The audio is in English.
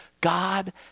God